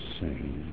sing